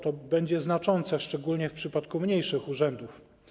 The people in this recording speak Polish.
To będzie znaczące szczególnie w przypadku mniejszych urzędów.